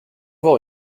voir